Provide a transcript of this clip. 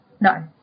no